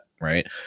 right